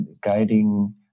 guiding